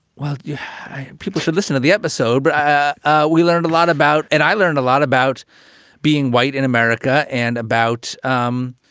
well, you people should listen to the episode. but ah we learned a lot about and i learned a lot about being white in america and about, um